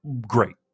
great